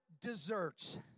deserts